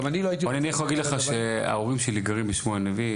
אני יכול להגיד לך שההורים שלי גרים בשמואל הנביא,